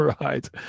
right